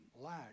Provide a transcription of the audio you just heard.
lack